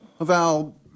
Val